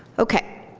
ok.